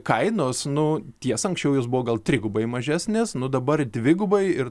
kainos nu tiesa anksčiau jos buvo gal trigubai mažesnės nu dabar dvigubai ir